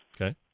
Okay